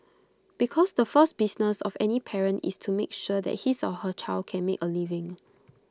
because the first business of any parent is to make sure that his or her child can make A living